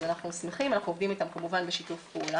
אז אנחנו שמחים ואנחנו עובדים איתם כמובן בשיתוף פעולה.